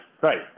right